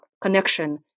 connection